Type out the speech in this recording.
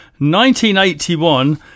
1981